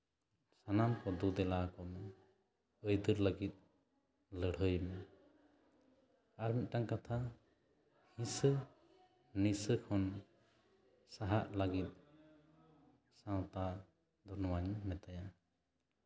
ᱥᱟᱱᱟᱢ ᱠᱚ ᱫᱩ ᱫᱮᱞᱟ ᱟᱠᱚ ᱢᱮ ᱫᱩ ᱫᱮᱞᱟ ᱞᱟᱹᱜᱤᱫ ᱞᱟᱹᱲᱦᱟᱹᱭ ᱢᱮ ᱟᱨᱢᱤᱫᱴᱟᱱ ᱠᱟᱛᱷᱟ ᱦᱤᱥᱟᱹᱱᱤᱥᱟᱹ ᱠᱷᱚᱱ ᱥᱟᱦᱟᱜ ᱞᱟᱹᱜᱤᱫ ᱥᱟᱶᱛᱟ ᱫᱚ ᱱᱚᱣᱟᱧ ᱢᱮᱛᱟᱭᱟ